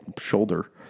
shoulder